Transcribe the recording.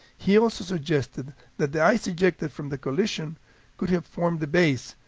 he also suggested that the ice ejected from the collision could have formed the bays,